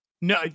no